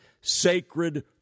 sacred